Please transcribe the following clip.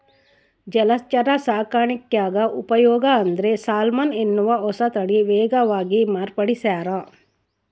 ಜಲಚರ ಸಾಕಾಣಿಕ್ಯಾಗ ಉಪಯೋಗ ಅಂದ್ರೆ ಸಾಲ್ಮನ್ ಎನ್ನುವ ಹೊಸತಳಿ ವೇಗವಾಗಿ ಮಾರ್ಪಡಿಸ್ಯಾರ